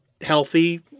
healthy